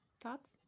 thoughts